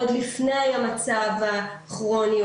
עוד לפני המצב הכרוני,